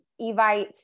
Evite